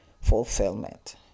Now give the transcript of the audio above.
fulfillment